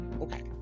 okay